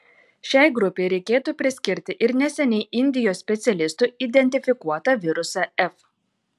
šiai grupei reikėtų priskirti ir neseniai indijos specialistų identifikuotą virusą f